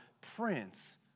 Prince